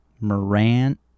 Morant